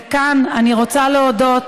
וכאן אני רוצה להודות